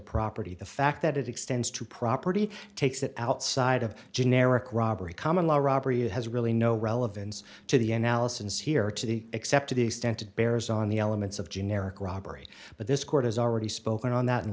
property the fact that it extends to property takes it outside of generic robbery common law robbery it has really no relevance to the analysis here to the except to the extent it bears on the elements of generic robbery but this court has already spoken on that